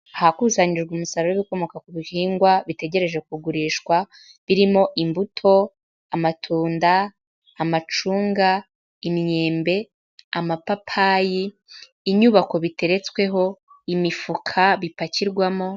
Ahakusanyirijwe umusaruro w'ibikomoka ku bihingwa bitegereje kugurishwa, birimo: imbuto, amatunda, amacunga, imyembe, amapapayi; inyubako biteretsweho, imifuka bipakirwamo...